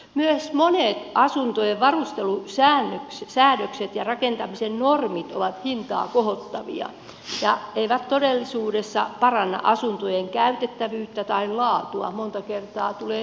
myös monet asuntojen varustelusäädökset ja rakentamisen normit ovat hintaa kohottavia eivätkä todellisuudessa paranna asuntojen käytettävyyttä tai laatua monta kertaa on toisinpäin